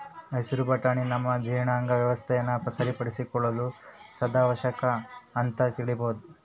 ಹಸಿರು ಬಟಾಣಿ ನಮ್ಮ ಜೀರ್ಣಾಂಗ ವ್ಯವಸ್ಥೆನ ಸರಿಪಡಿಸಿಕೊಳ್ಳುವ ಸದಾವಕಾಶ ಅಂತ ತಿಳೀಬೇಕು